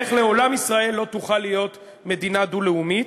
איך לעולם ישראל לא תוכל להיות מדינה דו-לאומית,